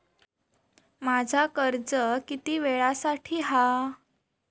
माझा कर्ज किती वेळासाठी हा?